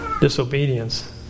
disobedience